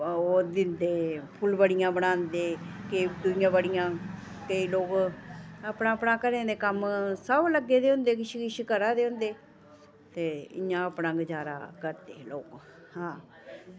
ओह् दिंदे फुल्लबड़ियां बनांदे केईं फुल्लबड़ियां केईं लोग अपने अपने घरें दे कम्म सब लग्गे दे होंदे किश किश करा दे होंदे ते इ'यां अपना गुजारा करदे ओह् आं